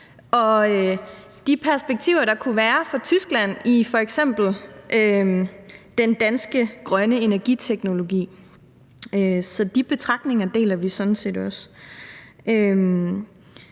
og de perspektiver, der kunne være for Tyskland, i f.eks. den danske grønne energiteknologi. Så de betragtninger deler vi sådan set også.